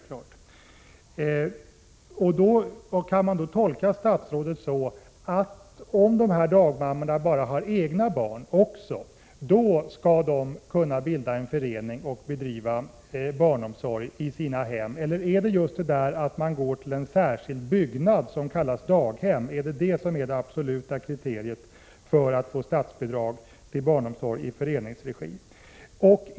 Kan jag tolka statsrådet så, att om dagmammorna i fråga också har egna barn, skall de kunna bilda en förening och driva barnomsorg i sina hem, eller är det just detta att man går till en särskild byggnad som kallas daghem som är det absoluta kriteriet för att få statsbidrag till barnomsorg i föreningsregi?